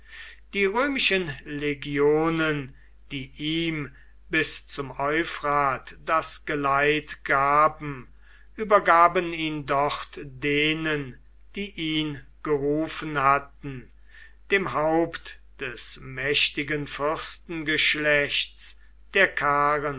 die römischen legionen die ihm bis zum euphrat das geleit gaben übergaben ihn dort denen die ihn gerufen hatten dem haupt des mächtigen fürstengeschlechts der